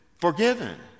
forgiven